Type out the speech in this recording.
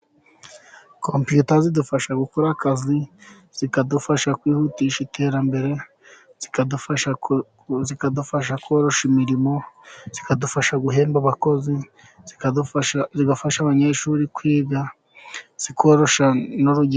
Kompiyuta zidufasha gukora akazi, zikadufasha kwihutisha iterambere, zikadufasha, zikadufasha koroshya imirimo, zikadufasha guhemba abakozi, zigafasha abanyeshuri kwiga, zikoroshya n'uruge...